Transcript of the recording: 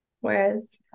Whereas